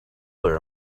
there